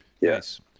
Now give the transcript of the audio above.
Yes